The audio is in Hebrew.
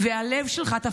והלב שלך,